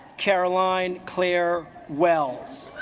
caroline claire wells